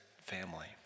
family